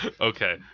Okay